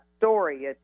story